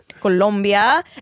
Colombia